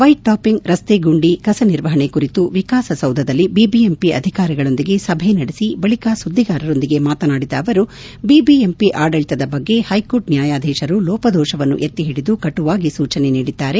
whitetopping ರಸ್ತೆಗುಂಡಿ ಕಸ ನಿರ್ವಹಣೆ ಕುರಿತು ವಿಕಾಸಸೌಧದಲ್ಲಿ ಬಿಬಿಎಂಪಿ ಅಧಿಕಾರಿಗಳೊಂದಿಗೆ ಸಭೆ ನಡೆಸಿ ಬಳಿಕ ಸುದ್ದಿಗಾರರೊಂದಿಗೆ ಮಾತನಾಡಿದ ಅವರು ಬಿಬಿಎಂಪಿ ಆಡಳಿತದ ಬಗ್ಗೆ ಹೈಕೋರ್ಟ್ ನ್ಯಾಯಾದೀಶರು ಲೋಪದೋಷವನ್ನು ಎಕ್ತಿಹಿಡಿದು ಕಟುವಾಗಿ ಸೂಜನೆ ನೀಡಿದ್ದಾರೆ